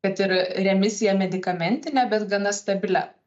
kad ir remisiją medikamentinę bet gana stabilią